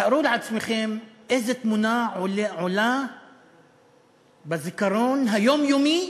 תארו לעצמכם איזו תמונה עולה בזיכרון היומיומי